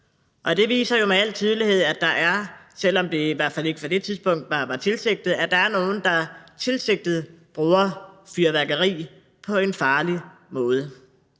Det viser jo med al tydelighed, at der er nogle, selv om det i hvert fald ikke på det tidspunkt var tilsigtet, der tilsigtet bruger fyrværkeri på en farlig måde.